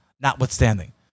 notwithstanding